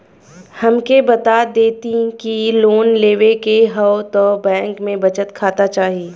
हमके बता देती की लोन लेवे के हव त बैंक में बचत खाता चाही?